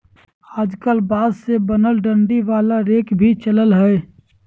आजकल बांस से बनल डंडी वाला रेक भी चलल हय